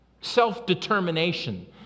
self-determination